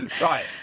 Right